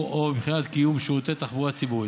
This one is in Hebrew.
או מבחינת קיום שירותי תחבורה ציבורית.